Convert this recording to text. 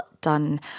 done